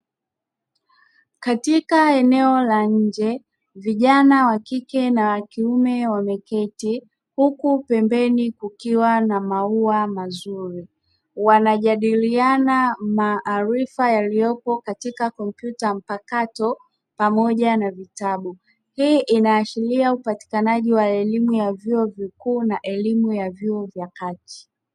Katika eneo la nje vijana wa kike na wakiume wameketi, huku pembeni kukiwa na maua mazuri. Wanajadiliana maarifa yaliyopo katika komputa mpakato pamoja na vitabu. Hii inaashiria upatikanaji wa elimu ya vyuo vikuu na elimu ya vyuo vya kati.